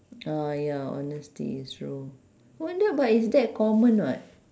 oh ya honesty it's true wonder but is that common [what]